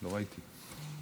לא ראיתי.